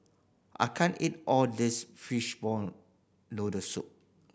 I can't eat all this fishball noodle soup